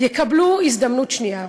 יקבלו הזדמנות שנייה,